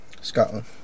Scotland